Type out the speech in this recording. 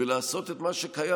ולעשות את מה שקיים.